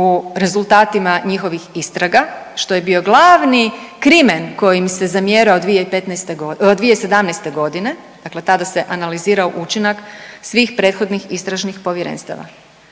u rezultatima njihovih istraga što je bio glavni krimen koji im se zamjerao 2015. .../nerazumljivo/... 2017. g., dakle tada se analizirao učinak svih prethodnih istražnih povjerenstava.